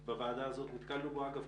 מבחינתנו, כן.